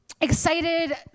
excited